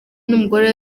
n’umugore